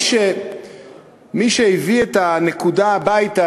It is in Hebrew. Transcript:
מי שהביא את הנקודה הביתה,